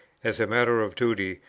as a matter of duty,